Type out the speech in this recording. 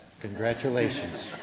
Congratulations